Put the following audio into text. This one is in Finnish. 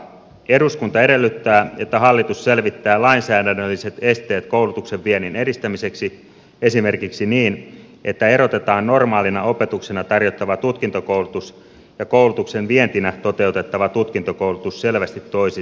eduskunta edellyttää että hallitus selvittää lainsäädännölliset esteet koulutuksen viennin edistämiseksi esimerkiksi niin että erotetaan normaalina opetuksena tarjottava tutkintokoulutus ja koulutuksen vientinä toteutettava tutkintokoulutus selvästi toisistaan